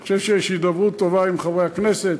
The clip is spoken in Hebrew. אני חושב שיש הידברות טובה עם חברי הכנסת,